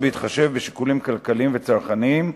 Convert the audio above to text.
בהתחשב בשיקולים כלכליים וצרכניים,